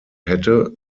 hätte